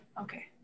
Okay